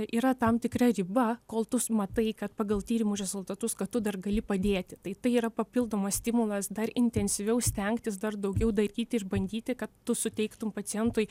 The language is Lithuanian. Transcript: yra tam tikra riba kol tu matai kad pagal tyrimų rezultatus kad tu dar gali padėti tai tai yra papildomas stimulas dar intensyviau stengtis dar daugiau daryti išbandyti kad tu suteiktum pacientui